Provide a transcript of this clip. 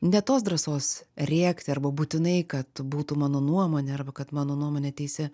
ne tos drąsos rėkti arba būtinai kad būtų mano nuomonė arba kad mano nuomonė teisi